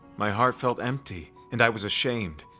my heart felt empty, and i was ashamed.